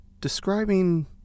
describing